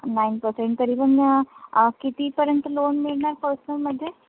nine percent तरी पण ना कितीपर्यंत लोन मिळणार पर्सनलमध्ये